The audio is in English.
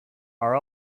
are